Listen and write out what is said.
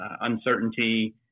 uncertainty